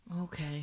Okay